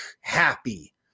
happy